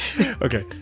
Okay